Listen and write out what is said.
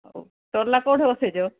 କୋଉଠି ରଖିଛ